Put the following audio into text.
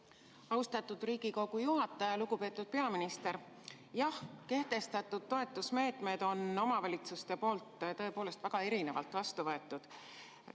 Austatud Riigikogu juhataja! Lugupeetud peaminister! Jah, kehtestatud toetusmeetmed on omavalitsused tõepoolest väga erinevalt vastu võtnud.